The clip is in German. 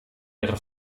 ihre